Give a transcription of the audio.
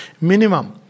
Minimum